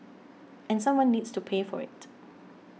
and someone needs to pay for it